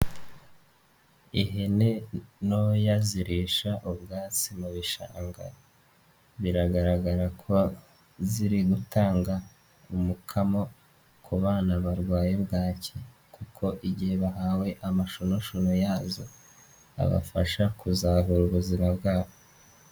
Ihene ntoya zirisha ubwatsi mu bishanga, biragaragara ko ziri gutanga umukamo ku bana barwaye bwaki kuko igihe bahawe amashunushunu yazo, babafasha kuzahura ubuzima bwabo.